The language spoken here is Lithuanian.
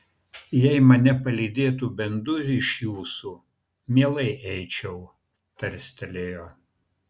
jei mane palydėtų bent du iš jūsų mielai eičiau tarstelėjo